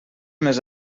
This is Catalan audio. més